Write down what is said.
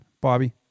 Bobby